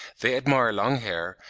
they admire long hair,